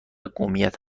قومیت